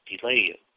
delay